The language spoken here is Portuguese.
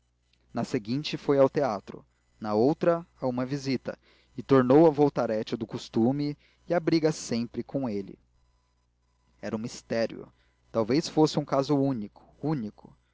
na seguinte foi ao teatro na outra a uma visita e tornou ao voltarete do costume e a briga sempre com ele era um mistério talvez fosse um caso único único